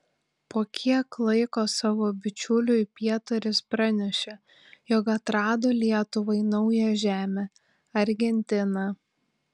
po kiek laiko savo bičiuliui pietaris pranešė jog atrado lietuvai naują žemę argentiną